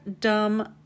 dumb